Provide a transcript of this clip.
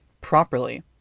properly